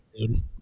episode